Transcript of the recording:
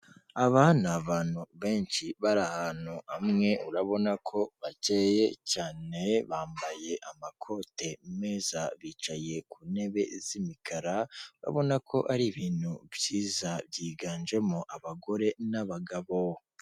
Aba ni abantu benshi bari ahantu hamwe urabona ko bakeye cyane bambaye amakote meza bicaye ku ntebe z'imikara babona ko ari ibintu byiza byiganjemo abagore n'abagabo.